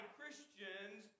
Christians